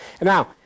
Now